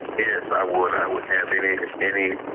here's i would i would every lead every.